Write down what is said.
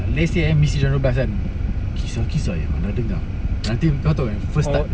let's say misteri jam dua belas kan kisah-kisah yang anda dengar nanti kau tahu yang first start